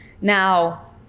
Now